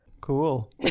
Cool